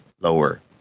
lower